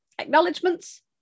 Acknowledgements